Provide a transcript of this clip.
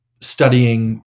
studying